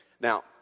Now